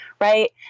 right